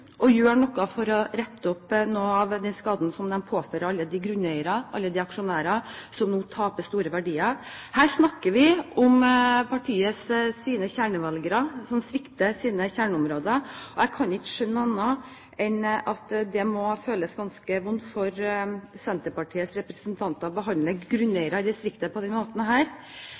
og å gjøre noe for å rette opp noe av den skaden som de påfører alle de grunneiere, alle de aksjonærene, som nå taper store verdier. Her snakker vi om partiets kjernevelgere, og partiet svikter sine kjerneområder. Jeg kan ikke skjønne annet enn at det må føles ganske vondt for Senterpartiets representanter å behandle grunneiere i distriktet på denne måten. Her